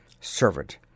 Servant